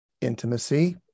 intimacy